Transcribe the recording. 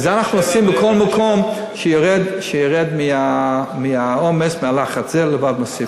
ואת זה אנחנו עושים בכל מקום כדי שהעומס והלחץ ירדו.